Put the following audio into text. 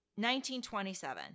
1927